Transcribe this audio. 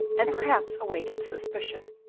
and perhaps awakened suspicion.